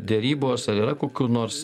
derybos yra kokių nors